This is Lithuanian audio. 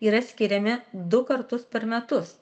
yra skiriami du kartus per metus